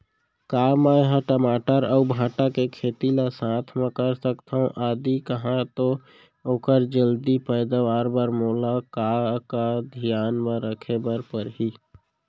का मै ह टमाटर अऊ भांटा के खेती ला साथ मा कर सकथो, यदि कहाँ तो ओखर जलदी पैदावार बर मोला का का धियान मा रखे बर परही?